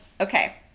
okay